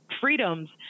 freedoms